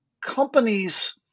companies